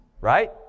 right